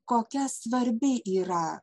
kokia svarbi yra